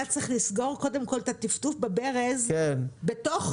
אתה צריך לסגור קודם כל את הטפטוף בברז בתוך הקו הירוק.